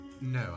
No